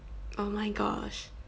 oh my gosh